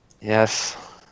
Yes